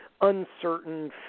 uncertain